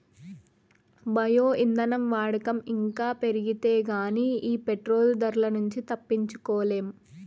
bio ఇంధనం వాడకం ఇంకా పెరిగితే గానీ ఈ పెట్రోలు ధరల నుంచి తప్పించుకోలేం